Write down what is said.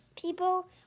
people